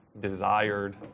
desired